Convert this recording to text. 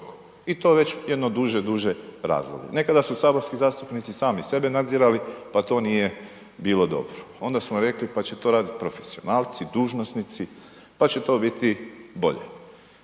i to već jedno duže, duže razdoblje. Nekada su saborski zastupnici sami sebe nadzirali, pa to nije bilo dobro, onda smo rekli pa će to radit profesionalci dužnosnici, pa će to biti bolje.